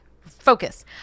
Focus